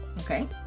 Okay